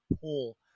pull